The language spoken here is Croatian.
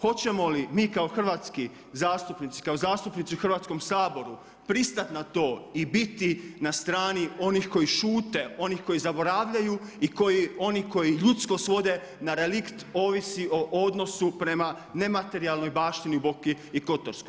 Hoćemo li mi kao hrvatski zastupnici, kao zastupnici u Hrvatskom saboru pristati na to i biti na strani onih koji šute, onih koji zaboravljaju i oni koji ljudskost vode na relikt ovisi o odnosu prema nematerijalnoj baštini u Boki i kotarskoj.